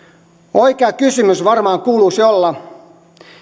oikea kysymys varmaan kuuluisi olla